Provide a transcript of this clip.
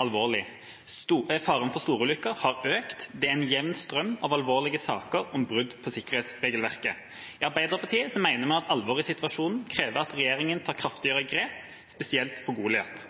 alvorlig. Faren for storulykker har økt, og det er en jevn strøm av alvorlige saker om brudd på sikkerhetsregelverket. I Arbeiderpartiet mener vi at alvoret i situasjonen krever at regjeringen tar kraftigere grep, spesielt på Goliat.